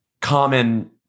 common